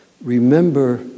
Remember